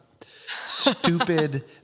stupid